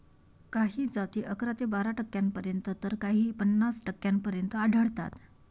काही जाती अकरा ते बारा टक्क्यांपर्यंत तर काही पन्नास टक्क्यांपर्यंत आढळतात